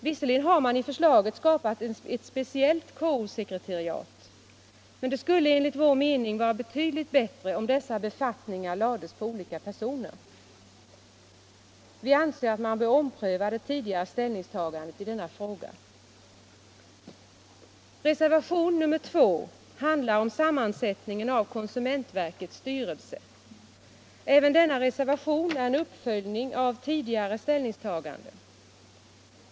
Visserligen har man i förslaget skapat ett speciellt KO-sekretariat, men det skulle enligt vår mening vara betydligt bättre om dessa befattningar lades på olika personer. Vi anser att man bör ompröva det tidigare ställningstagandet i denna fråga. Reservationen 2 handlar om sammansättningen av konsumentverkets styrelse. Även denna reservation är en uppföljning av tidigare ställningstagande.